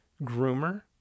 groomer